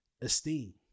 esteem